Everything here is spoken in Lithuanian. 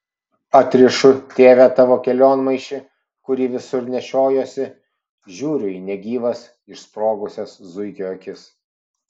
atrišu tėve tavo kelionmaišį kurį visur nešiojuosi žiūriu į negyvas išsprogusias zuikio akis